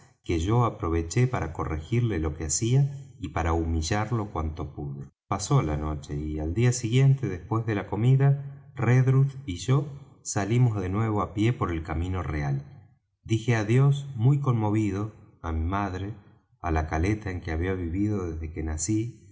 que yo aproveché para corregirle lo que hacía y para humillarlo cuanto pude pasó la noche y al día siguiente después de la comida redruth y yo salimos de nuevo á pie por el camino real dije adiós muy conmovido á mi madre á la caleta en que había vivido desde que nací